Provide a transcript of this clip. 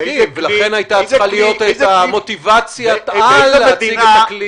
ולכן הייתה צריכה להיות מוטיבציית-על למדינה להציג את הכלי האזרחי.